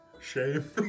Shame